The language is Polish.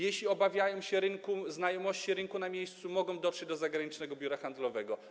Jeśli obawiają się znajomości rynku na miejscu, mogą dotrzeć do zagranicznego biura handlowego.